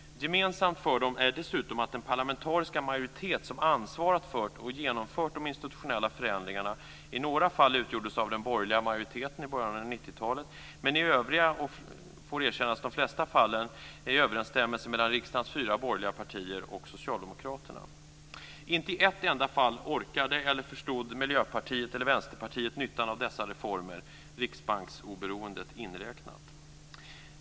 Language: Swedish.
Gemensamt för dem är dessutom att den parlamentariska majoritet som ansvarade för och genomförde de institutionella förändringarna i några fall utgjordes av den borgerliga majoriteten i början av 90-talet men att det i de övriga och flesta fallen - det får erkännas - var en överensstämmelse mellan riksdagens fyra borgerliga partier och Socialdemokraterna. Inte i ett enda fall orkade eller förstod Miljöpartiet eller Vänsterpartiet nyttan av dessa reformer, riksbanksoberoendet inräknat.